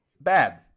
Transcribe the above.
bad